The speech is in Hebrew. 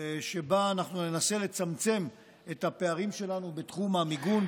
שבה אנחנו ננסה לצמצם את הפערים שלנו בתחום המיגון,